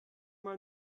mal